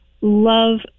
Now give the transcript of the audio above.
love